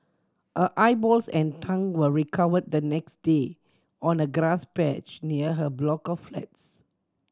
her eyeballs and tongue were recovered the next day on a grass patch near her block of flats